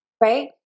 right